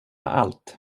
allt